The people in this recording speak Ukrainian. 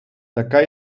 така